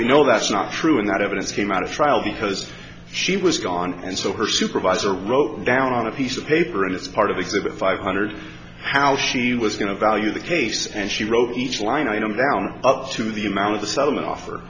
know that's not true and that evidence came out of trial because she was gone and so her supervisor wrote down on a piece of paper and it's part of exhibit five hundred how she was going to value the case and she wrote each line item down to the amount of the settlement offer